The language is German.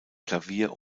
klavier